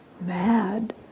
mad